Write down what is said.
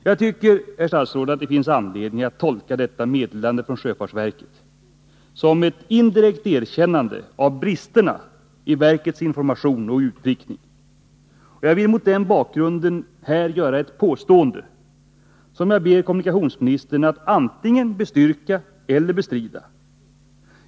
Jag tycker, herr statsråd, att det finns anledning att tolka detta meddelande från sjöfartsverket som ett indirekt erkännande av bristerna i verkets information och utprickning. Jag vill mot den bakgrunden göra ett påstående, som jag ber kommunikationsministern att antingen bestyrka eller bestrida.